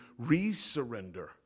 resurrender